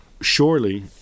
surely